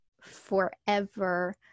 forever